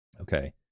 okay